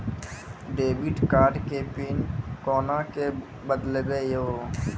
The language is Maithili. डेबिट कार्ड के पिन कोना के बदलबै यो?